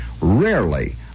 rarely